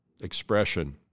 expression